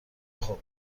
خوب